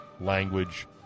language